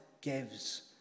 gives